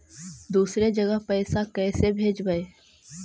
दुसरे जगह पैसा कैसे भेजबै?